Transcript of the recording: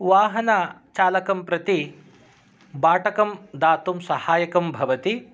वाहनचालकं प्रति बाटकं दातुं सहायकं भवति